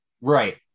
right